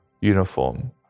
uniform